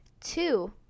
Two